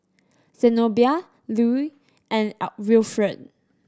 Zenobia Lue and Wilfred